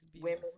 women